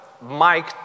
Mike